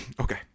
okay